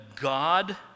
God